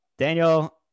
Daniel